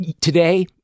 Today